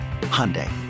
Hyundai